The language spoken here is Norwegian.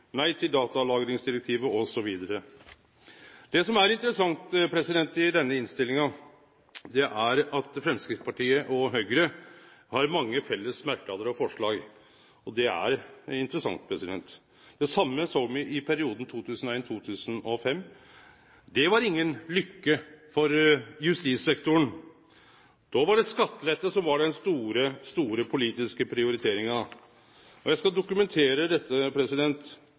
nei til datalagringsdirektivet osv. Det som er interessant i denne innstillinga, er at Framstegspartiet og Høgre har mange felles merknader og forslag. Det same såg me i perioden 2001–2005. Det var inga lykke for justissektoren. Då var det skattelette som var den store, store politiske prioriteringa. Eg skal dokumentere dette